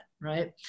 right